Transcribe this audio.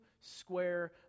square